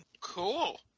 Cool